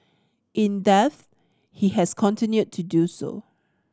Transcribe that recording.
in death he has continued to do so